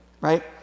right